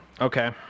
okay